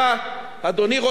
אדוני ראש הממשלה,